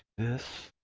this